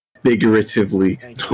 Figuratively